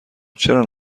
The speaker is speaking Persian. چرا